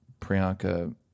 priyanka